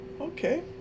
Okay